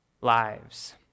lives